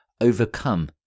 overcome